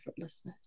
effortlessness